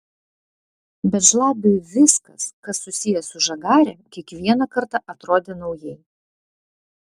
bet žlabiui viskas kas susiję su žagare kiekvieną kartą atrodė naujai